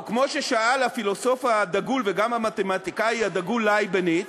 או כמו ששאל הפילוסוף הדגול וגם המתמטיקאי הדגול לייבניץ: